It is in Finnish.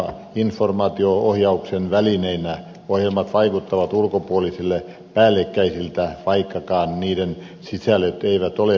itsenäisinä informaatio ohjauksen välineinä ohjelmat vaikuttavat ulkopuolisille päällekkäisiltä vaikkakaan niiden sisällöt eivät ole ristiriitaisia